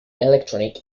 electronic